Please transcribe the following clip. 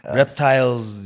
reptiles